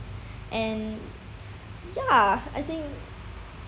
and ya I think